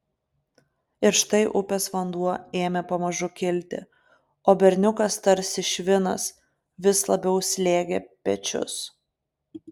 ir štai upės vanduo ėmė pamažu kilti o berniukas tarsi švinas vis labiau slėgė pečius